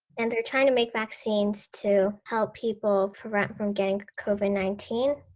and they're trying to make vaccines to help people prevent from getting covid nineteen.